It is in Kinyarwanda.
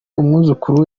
umwuzukuru